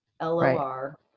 L-O-R